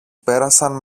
πέρασαν